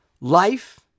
life